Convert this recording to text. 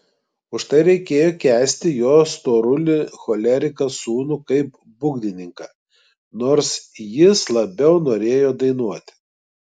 už tai reikėjo kęsti jo storulį choleriką sūnų kaip būgnininką nors jis labiau norėjo dainuoti